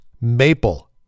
maple